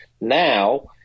Now